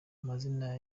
amazina